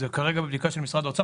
זה כרגע בבדיקה של משרד האוצר.